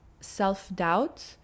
self-doubt